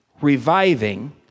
reviving